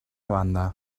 banda